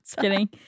Kidding